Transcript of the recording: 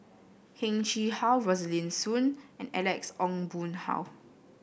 Heng Chee How Rosaline Soon and Alex Ong Boon Hau